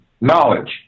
knowledge